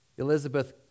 Elizabeth